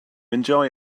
enjoy